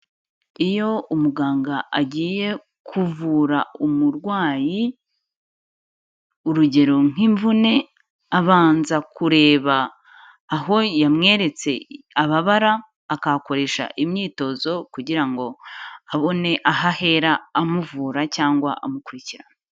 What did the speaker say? Iyo umuganga agiye kuvura umurwayi, urugero nk'imvune abanza kureba aho yamweretse ababara, akahakoresha imyitozo kugira ngo abone aho ahera amuvura cyangwa amukurikirana.